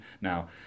now